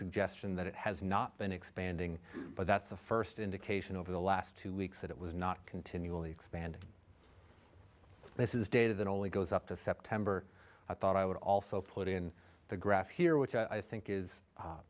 suggestion that it has not been expanding but that's the first indication over the last two weeks that it was not continually expanding this is data that only goes up to september i thought i would also put in the graph here which i think is